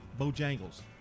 Bojangle's